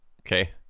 okay